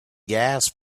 gas